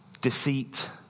deceit